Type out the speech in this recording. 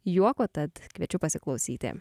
juoko tad kviečiu pasiklausyti